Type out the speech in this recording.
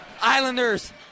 Islanders